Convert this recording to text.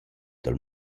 dal